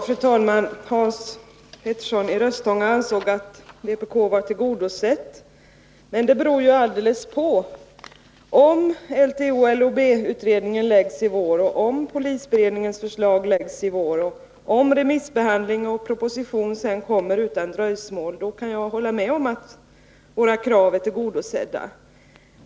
Fru talman! Hans Petersson i Röstånga ansåg att vpk:s krav var tillgodosedda. Men det beror alldeles på om LTO/LOB-utredningen blir färdig och läggs fram nu i vår, om polisberedningens förslag också läggs fram då samt om remissbehandling och proposition följer utan dröjsmål. I så fall kan jag hålla med om att våra krav är tillgodosedda.